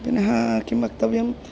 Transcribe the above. पुनः किं वक्तव्यं